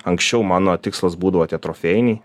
anksčiau mano tikslas būdavo tie trofėjiniai